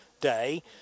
day